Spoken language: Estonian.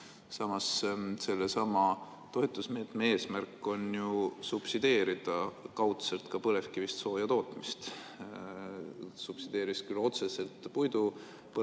Samas, sellesama toetusmeetme eesmärk on ju subsideerida kaudselt ka põlevkivist sooja tootmist. Subsideeritakse küll otseselt puidu põletamist,